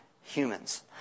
humans